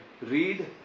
read